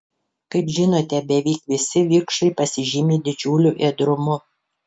kaip žinote beveik visi vikšrai pasižymi didžiuliu ėdrumu